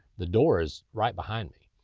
the door is right behind me.